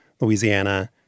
Louisiana